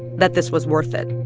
that this was worth it.